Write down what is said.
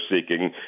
seeking –